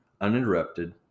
Uninterrupted